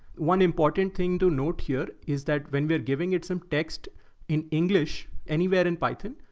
one important thing to note here is that when we're giving it some text in english, anywhere in python,